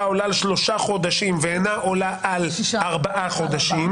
העולה על שלושה חודשים ואינה עולה על ארבעה חודשים